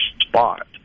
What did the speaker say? spot